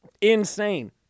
insane